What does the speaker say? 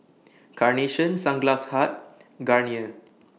Carnation Sunglass Hut Garnier